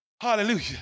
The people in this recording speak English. hallelujah